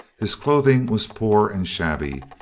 his clothing was poor and shabby,